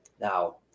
Now